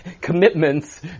commitments